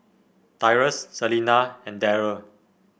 Tyrus Selena and Darell